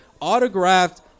autographed